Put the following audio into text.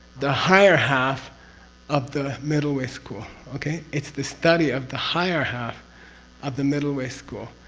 the higher half of the middle way school, okay? it's the study of the higher half of the middle way school.